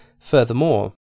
Furthermore